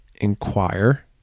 inquire